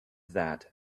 that